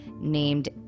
named